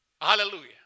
Hallelujah